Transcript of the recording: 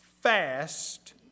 fast